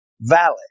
valid